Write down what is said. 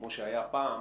כמו שהיה פעם,